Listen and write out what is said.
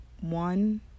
one